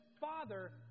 Father